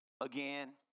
again